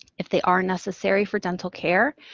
if they are necessary for dental care,